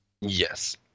Yes